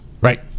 Right